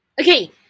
Okay